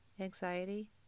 anxiety